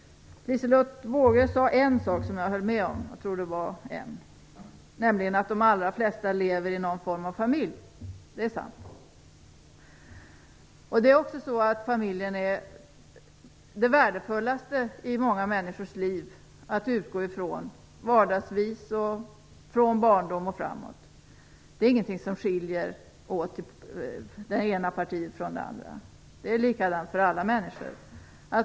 Liselotte Wågö sade en sak som jag höll med om, jag tror att det var en, nämligen att de allra flesta lever i någon form av familj. Det är sant. Det är också så att familjen är det värdefullaste i många människors liv. Det är något att utgå ifrån vardagsvis från barndom och framåt. Det skiljer inte det ena partiet från det andra. Det är likadant för alla människor.